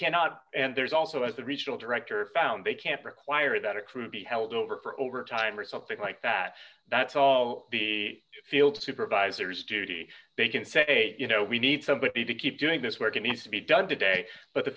cannot and there's also as the regional director found they can't require that a crew be held over for overtime or something like that that's all the field supervisors duty they can say you know we need somebody to keep doing this work it needs to be done today but the